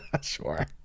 Sure